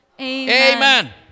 Amen